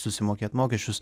susimokėt mokesčius